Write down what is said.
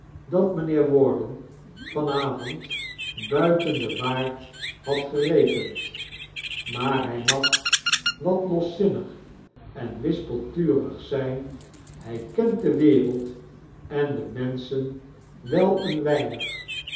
dat mijnheer warden van avond buiten den waard had gerekend maar hij mag wat losizinnig en wispeltrarig zijn hij bent de wereld en de mensehen wel een weinig